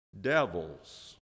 devils